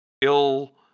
ill